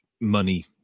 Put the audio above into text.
money